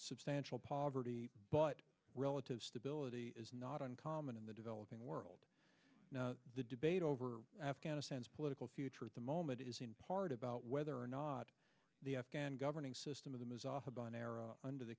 substantial poverty but relative stability is not uncommon in the developing world the debate over afghanistan's political future at the moment is in part about whether or not the afghan governing system of them is off about an era under the